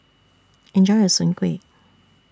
Enjoy your Soon Kuih